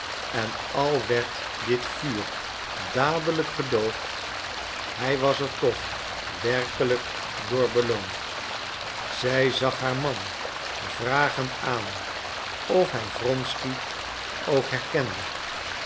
en al werd dit vuur dadelijk gedoofd hij was er toch werkelijk door beloond zij zag haar man vragend aan of hij wronsky ook herkende